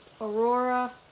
Aurora